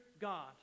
God